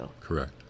correct